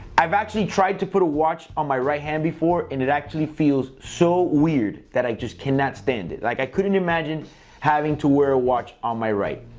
i've actually tried to put a watch on my right hand before and it actually feels so weird that i just cannot stand it. like, i couldn't imaging having to wear a watch on my right.